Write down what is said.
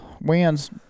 winds